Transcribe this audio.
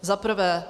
Za prvé.